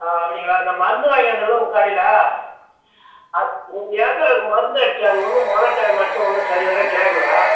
ஆ அப்படிங்களா இந்த மருந்து வாங்கின்னு வந்தேன்லை உங்கள் கடையில் அது ஒரு ஏக்கருக்கு மருந்து அடித்தேன் அது ஒன்றும் மொதல் டைம் அடித்தேன் ஒன்றும் சரி வர கேட்கல